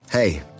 Hey